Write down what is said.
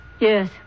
Yes